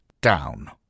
down